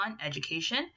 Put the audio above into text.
education